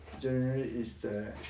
general is the